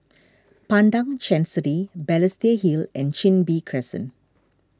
Padang Chancery Balestier Hill and Chin Bee Crescent